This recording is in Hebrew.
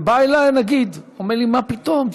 ובא אלי הנגיד, הוא אומר לי: מה פתאום?